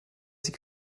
sie